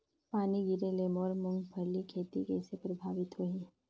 पानी गिरे ले मोर मुंगफली खेती कइसे प्रभावित होही?